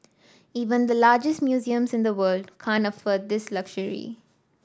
even the largest museums in the world can't afford this luxury